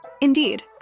Indeed